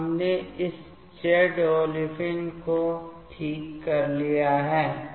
तो हमने इस Z olefin को ठीक कर लिया है